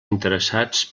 interessats